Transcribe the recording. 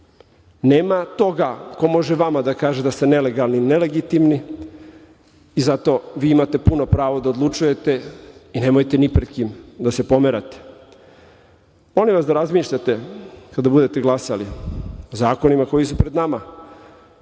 Nema toga ko može vama da kaže da ste nelegalni ili nelegitimni i zato vi imate puno pravo da odlučujete i nemojte ni pred kim da se pomerate. Molim vas da razmišljate kada budete glasali o zakonima koji su pred nama,